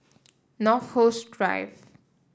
North Coast Drive